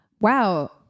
Wow